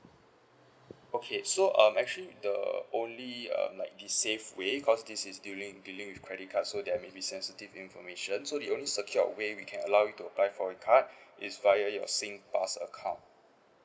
okay so um actually the only um like the safe way because this is dealing dealing with credit card so there may be sensitive information so the only secure way we can allow you to apply for a card it's via your singpass account